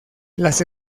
las